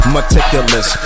Meticulous